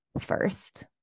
first